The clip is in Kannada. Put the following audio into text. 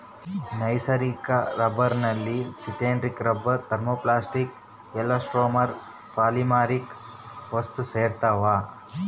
ನೈಸರ್ಗಿಕ ರಬ್ಬರ್ನಲ್ಲಿ synthetic rubber thermoplastic elastomer polymeric ವಸ್ತುಸೇರ್ಯಾವ